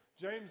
James